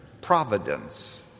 Providence